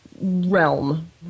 realm